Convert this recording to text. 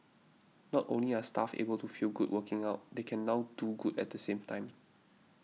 not only are staff able to feel good working out they can now do good at the same time